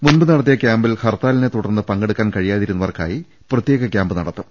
മുമ്പ് നടത്തിയ കൃാമ്പിൽ ഹർത്താലിനെ തുടർന്ന് പങ്കെടുക്കാൻ കഴി യാതിരുന്നവർക്കായി പ്രത്യേക ക്യാമ്പ് നടത്തും